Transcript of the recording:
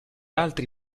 altri